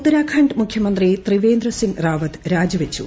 ഉത്തരാഖണ്ഡ് മുഖ്യമൃത്തി ത്രിവേന്ദ്ര സിങ് റാവത്ത് ന് രാജിവച്ചു